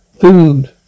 food